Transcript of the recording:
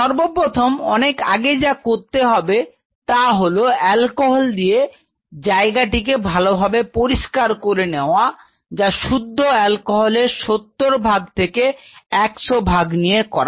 সর্বপ্রথমে অনেক আগে যা করতে হবে তা করা হয় অ্যালকোহল দিয়ে জায়গাটিকে ভালোভাবে পরিষ্কার করে নেওয়া হয় যা শুদ্ধ অ্যালকোহলের 70 ভাগ থেকে 100 ভাগ নিয়ে করা হয়